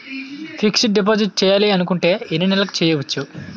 Fixed deposit చేయాలి అనుకుంటే ఎన్నే నెలలకు చేయొచ్చు?